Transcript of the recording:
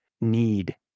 need